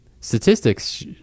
statistics